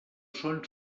són